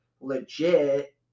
legit